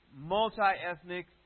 Multi-ethnic